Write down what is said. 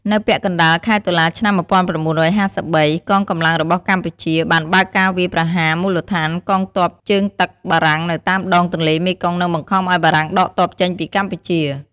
នៅពាក់កណ្ដាលខែតុលា ឆ្នាំ ១៩៥៣ កងកម្លាំងរបស់កម្ពុជា បានបើកការវាយប្រហារមូលដ្ឋានកងទ័ពជើងទឹកបារាំងនៅតាមដង ទន្លេមេគង្គ និងបង្ខំឱ្យបារាំងដកទ័ពចេញពីកម្ពុជា។